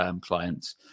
clients